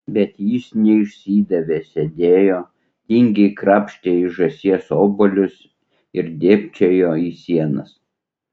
bet jis neišsidavė sėdėjo tingiai krapštė iš žąsies obuolius ir dėbčiojo į sienas